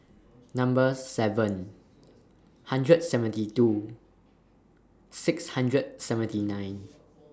Number seven hundred seventy two six hundred seventy nine